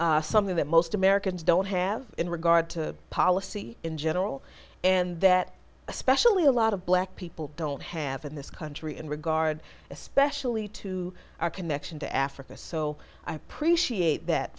is something that most americans don't have in regard to policy in general and that especially a lot of black people don't have in this country and regard especially to our connection to africa so i appreciate that